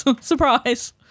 Surprise